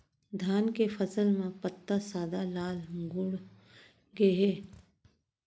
धान के फसल म पत्ता सादा, लाल, मुड़ गे हे अऊ धब्बा धब्बा होगे हे, ए का कीड़ा के कारण होय हे?